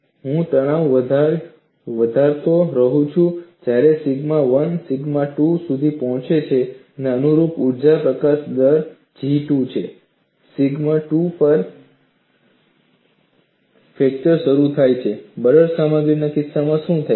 હું તણાવ વધારતો રહું છું અને જ્યારે સિગ્મા 1 સિગ્મા 2 સુધી પહોંચે છે અને અનુરૂપ ઊર્જા પ્રકાશન દર G2 છે સિગ્મા 2 પર ફ્રેક્ચર શરૂ થાય છે બરડ સામગ્રીના કિસ્સામાં શું થયું